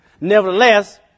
nevertheless